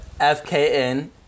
FKN